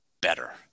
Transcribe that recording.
better